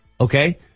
okay